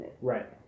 Right